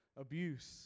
abuse